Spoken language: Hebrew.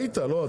היית לא?